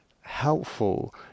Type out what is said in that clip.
helpful